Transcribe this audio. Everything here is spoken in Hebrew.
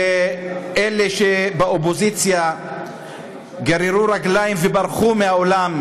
ואלה שבאופוזיציה גררו רגליים וברחו מהאולם,